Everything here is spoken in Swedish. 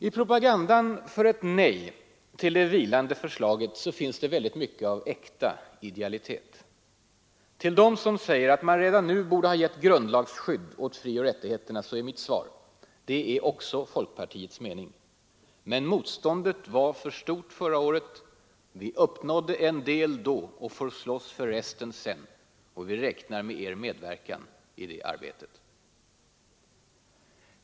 I propagandan för ett nej till det vilande förslaget finns mycket av äkta idealitet. Till dem som säger att man redan nu borde ha gett grundlagsskydd åt frioch rättigheterna är mitt svar: Detta är också folkpartiets mening. Men motståndet var för stort förra året. Vi uppnådde en del då och då får slåss för resten sedan. Vi räknar med er medverkan i det arbetet.